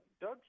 Doug